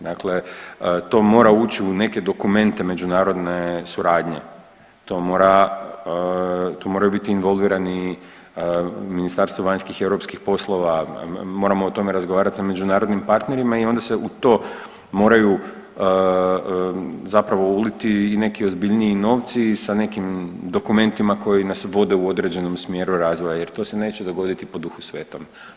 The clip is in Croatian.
Dakle, to mora ući u neke dokumente međunarodne suradnje, to mora, tu moraju biti involvirani Ministarstvo vanjskih i europskih poslova, moramo o tome razgovarati sa međunarodnim partnerima i onda se u to moraju zapravo uliti i neki ozbiljniji novci sa nekim dokumentima koji nas vode u određenom smjeru razvoja jer to se neće dogoditi po duhu svetom.